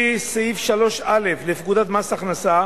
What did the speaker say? לפי סעיף 3(א) לפקודת מס הכנסה,